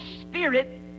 spirit